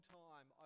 time